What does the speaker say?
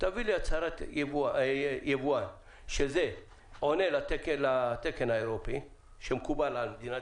תביא לי הצהרת יבואן שזה עונה לתקן האירופאי שמקובל על מדינת